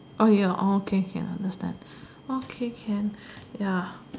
on your okay okay understand okay can ya